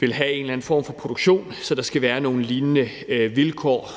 ville have en eller anden form for produktion, så der skal være nogle lignende vilkår.